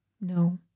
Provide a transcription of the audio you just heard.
No